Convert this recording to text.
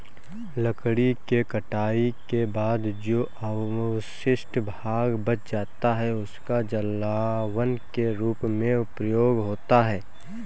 लकड़ी के कटाई के बाद जो अवशिष्ट भाग बच जाता है, उसका जलावन के रूप में प्रयोग होता है